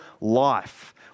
life